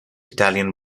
italian